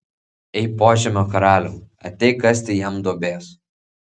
ei požemio karaliau ateik kasti jam duobės